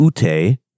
Ute